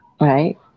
right